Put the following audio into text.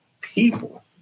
people